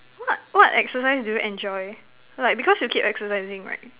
what what exercise do you enjoy like because you keep exercising right